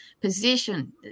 position